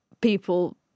people